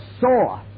saw